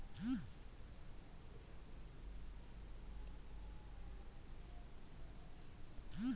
ಕೃಷಿ ಶಿಕ್ಷಣವು ಕೃಷಿ ನೈಸರ್ಗಿಕ ಸಂಪನ್ಮೂಲಗಳೂ ಮತ್ತು ಭೂ ನಿರ್ವಹಣೆಯ ಬೋಧನೆಯಾಗಿದೆ